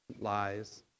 lies